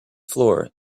floor